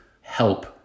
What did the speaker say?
help